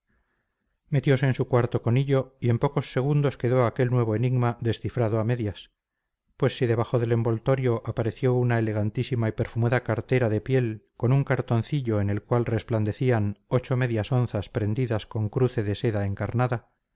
metiose en su cuarto con hillo y en pocos segundos quedó aquel nuevo enigma descifrado a medias pues si debajo del envoltorio apareció una elegantísima y perfumada cartera de piel con un cartoncillo en el cual resplandecían ocho medias onzas prendidas con cruce de seda encarnada